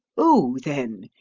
oh, then,